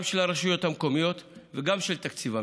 גם של הרשויות המקומיות וגם של תקציב המדינה.